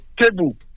table